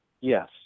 Yes